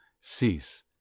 cease